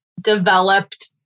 developed